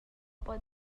pot